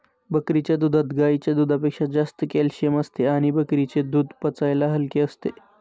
बकरीच्या दुधात गाईच्या दुधापेक्षा जास्त कॅल्शिअम असते आणि बकरीचे दूध पचायला हलके असते